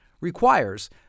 requires